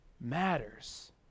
matters